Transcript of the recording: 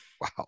Wow